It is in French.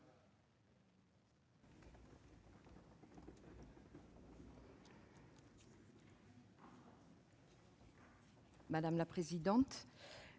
Madame la présidente,